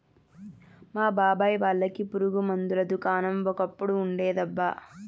మా బాబాయ్ వాళ్ళకి పురుగు మందుల దుకాణం ఒకప్పుడు ఉండేదబ్బా